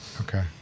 okay